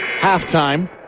halftime